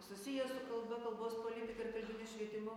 susiję su kalba kalbos politika ir kalbiniu švietimu